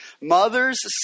mothers